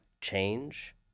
change